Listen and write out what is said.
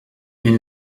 mais